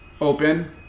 Open